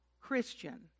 Christian